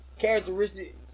Characteristic